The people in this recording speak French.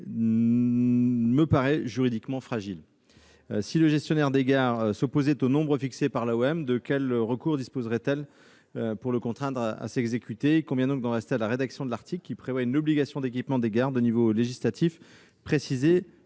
de contractualisation avec le gestionnaire des gares. Si ce dernier s'opposait au nombre retenu par l'AOM, de quel recours disposerait-elle pour le contraindre à s'exécuter ? Il convient donc d'en rester à la rédaction de l'article, qui prévoit une obligation d'équipement des gares de niveau législatif,